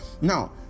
Now